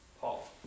Paul